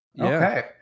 Okay